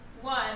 one